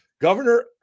Governor